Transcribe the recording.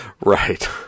Right